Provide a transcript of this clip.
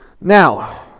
Now